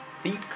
feet